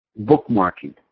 Bookmarking